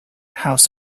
house